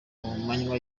manywa